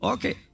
Okay